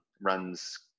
runs